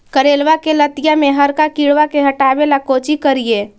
करेलबा के लतिया में हरका किड़बा के हटाबेला कोची करिए?